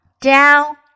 down